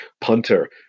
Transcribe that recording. Punter